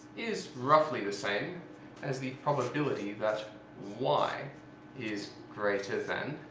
is roughly the same as the probability that y is greater than